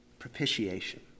Propitiation